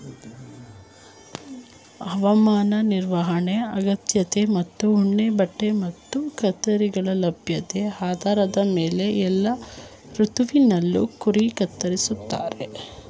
ಹವಾಮಾನ ನಿರ್ವಹಣೆ ಅಗತ್ಯತೆ ಮತ್ತು ಉಣ್ಣೆಬಟ್ಟೆ ಮತ್ತು ಕತ್ತರಿಗಳ ಲಭ್ಯತೆ ಆಧಾರದ ಮೇಲೆ ಎಲ್ಲಾ ಋತುವಲ್ಲಿ ಕುರಿ ಕತ್ತರಿಸ್ತಾರೆ